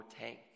tank